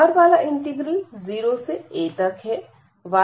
बाहर वाला इंटीग्रल 0 से a तक है